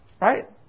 right